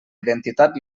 identitat